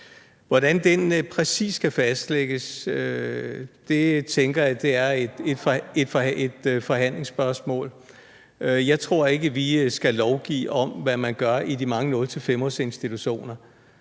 Hvordan den præcis skal fastlægges, tænker jeg er et forhandlingsspørgsmål. Jeg tror ikke, vi skal lovgive om, hvad man gør i de mange 0-5-års-institutioner,